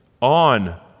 on